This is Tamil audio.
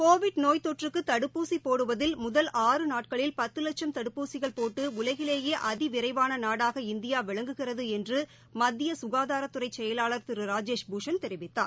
கோவிட் நோய் தொற்றுக்கு தடுப்பூசி போடுவதில் முதல் ஆறு நாட்களில் பத்து லட்சம் தடுப்பூசிகள் போட்டு உலகிலேயே அதி விரைவான நாடாக இந்தியா விளங்குகிறது என்று மத்திய சுகாதாரத்துறை செயலாளர் திரு ராஜேஷ்பூஷன் தெரிவித்தார்